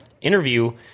interview